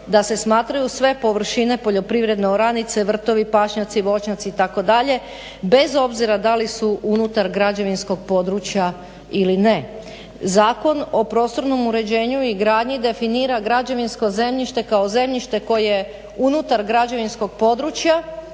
da se smatraju sve površine poljoprivredne oranice, vrtovi, pašnjaci, voćnjaci itd. bez obzira da li su unutar građevinskog područja ili ne. Zakon o prostornom uređenju i gradnji definira građevinsko zemljište kao zemljište koje je unutar građevinskog područja